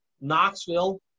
Knoxville